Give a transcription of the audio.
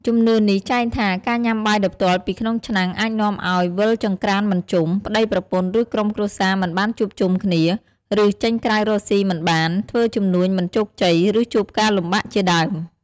ជំនឿនេះចែងថា ការញ៉ាំបាយដោយផ្ទាល់ពីក្នុងឆ្នាំងអាចនាំឲ្យ វិលចង្ក្រានមិនជុំ ប្តីប្រពន្ធ ឬក្រុមគ្រួសារមិនបានជួបជុំគ្នា ឬ ចេញក្រៅរកស៊ីមិនបាន ធ្វើជំនួញមិនជោគជ័យ ឬជួបការលំបាកជាដើម។